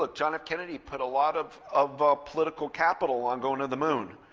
like john f. kennedy put a lot of of ah political capital on going to the moon.